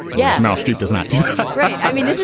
yeah now, streep does not do right. i mean,